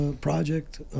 Project